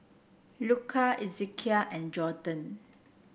Luka Ezekiel and Gorden